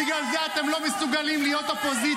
ובגלל זה אתם לא מסוגלים להיות אופוזיציה,